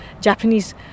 Japanese